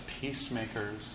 peacemakers